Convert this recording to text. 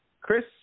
Chris